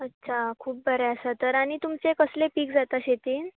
अच्छा खूब बरें आसा तर आनी तुमचें कसलें पीक जाता शेतींत